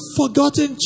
forgotten